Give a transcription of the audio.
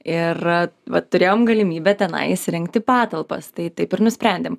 ir va turėjom galimybę tenai įsirengti patalpas tai taip ir nusprendėm